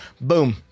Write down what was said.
Boom